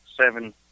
seven